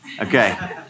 Okay